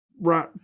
right